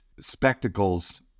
spectacles